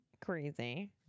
crazy